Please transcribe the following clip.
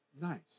Nice